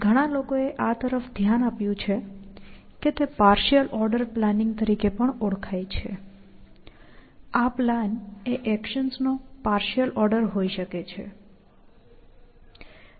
ઘણાં લોકોએ આ તરફ ધ્યાન આપ્યું છે કે તે પાર્શિઅલ ઓર્ડર પ્લાનિંગ તરીકે પણ ઓળખાય છે આ પ્લાન એ એક્શન્સ નો પાર્શિઅલ ઓર્ડર હોઇ શકે છે